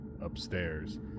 Upstairs